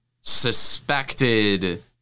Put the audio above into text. suspected